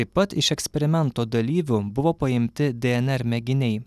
taip pat iš eksperimento dalyvių buvo paimti dnr mėginiai